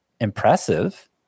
impressive